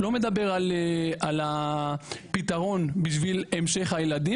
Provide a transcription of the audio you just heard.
לא מדבר על הפתרון בשביל המשך הילדים